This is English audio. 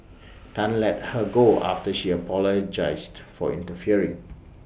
Tan let her go after she apologised for interfering